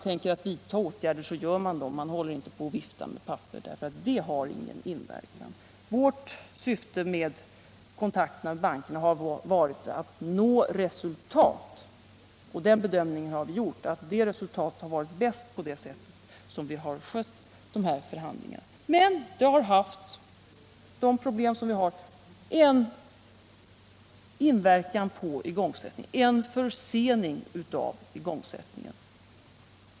Tänker man vidta åtgärder, så gör man det. Man viftar inte med papper — det har ingen inverkan. Vårt syfte med kontakterna med bankerna har varit att nå resultat, och vi har gjort bedömningen att vi har nått det resultatet bäst genom det sätt på vilket vi har skött de här förhandlingarna. Men de problem vi haft har inverkat på igångsättningen och orsakat en försening av den.